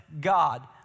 God